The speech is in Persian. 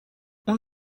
اون